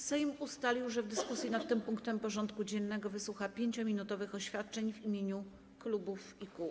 Sejm ustalił, że w dyskusji nad tym punktem porządku dziennego wysłucha 5-minutowych oświadczeń w imieniu klubów i kół.